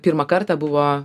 pirmą kartą buvo